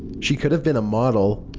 she could have been a model.